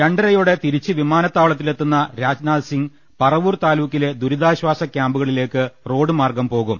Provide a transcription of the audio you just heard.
രണ്ടരയോടെ തിരിച്ച് വിമാനത്താവളത്തിലെത്തുന്ന രാജ്നാഥ് സിംഗ് പറവൂർ താലൂക്കിലെ ദുരിതാശ്ചാസ ക്യാമ്പുകളിലേക്ക് റോഡ് മാർഗ്ഗം പോകും